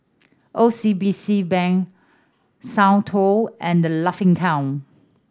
O C BC Bank Soundteoh and The Laughing Cow